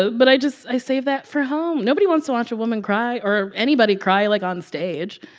but i just i save that for home. nobody wants to watch a woman cry or anybody cry, like, onstage.